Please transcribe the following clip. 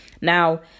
Now